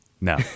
No